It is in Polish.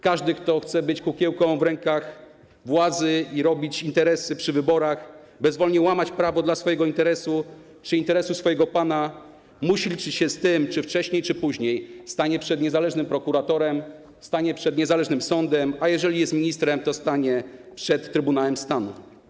Każdy, kto chce być kukiełką w rękach władzy i robić interesy przy wyborach, bezwolnie łamać prawo dla swojego interesu czy interesu swojego pana, musi liczyć się z tym, że wcześniej czy później stanie przed niezależnym prokuratorem, stanie przed niezależnym sądem, a jeżeli jest ministrem, to stanie przed Trybunałem Stanu.